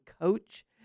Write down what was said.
coach